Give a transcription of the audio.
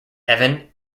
evan